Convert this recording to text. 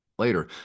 Later